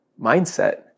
mindset